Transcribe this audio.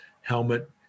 helmet